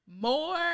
More